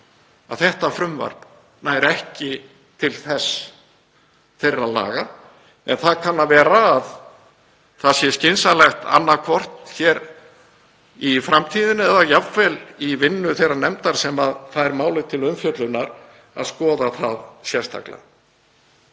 þetta frumvarp nær ekki til þeirra laga en það kann að vera að það sé skynsamlegt, annaðhvort í framtíðinni eða jafnvel í vinnu þeirrar nefndar sem fær málið til umfjöllunar, að skoða það sérstaklega.